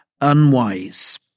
unwise